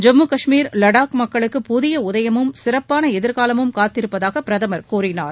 ஜம்மு காஷ்மீர் லடாக் மக்களுக்கு புதிய உதயமும் சிறப்பான எதிர்காலமும் காத்திருப்பதாக பிரதம் கூறினார்